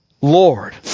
Lord